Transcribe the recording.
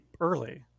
early